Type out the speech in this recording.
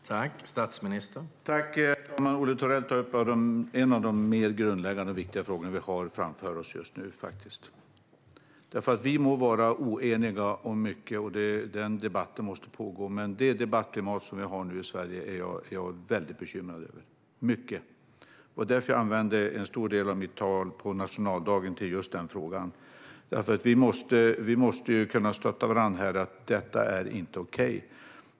Herr talman! Olle Thorell tar upp en av de mer grundläggande och viktiga frågor vi har framför oss just nu. Vi må vara oeniga om mycket, och den debatten måste pågå. Men det debattklimat som vi har i Sverige nu är jag mycket bekymrad över. Det var därför jag ägnade en stor del av mitt tal på nationaldagen åt just den frågan. Vi måste kunna stötta varandra i att detta inte är okej.